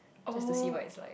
just to see what it's like